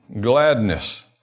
gladness